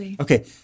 okay